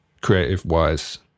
creative-wise